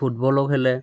ফুটবলো খেলে